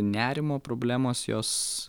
nerimo problemos jos